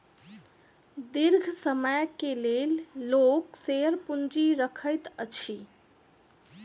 दीर्घ समय के लेल लोक शेयर पूंजी रखैत अछि